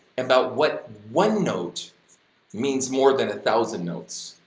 about what one note means more than a thousand notes.